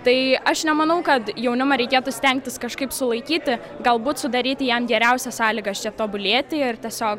tai aš nemanau kad jaunimą reikėtų stengtis kažkaip sulaikyti galbūt sudaryti jam geriausias sąlygas čia tobulėti ir tiesiog